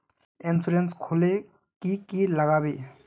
Insurance खोले की की लगाबे?